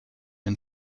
and